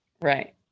Right